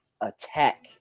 attack